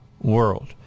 world